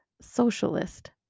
socialist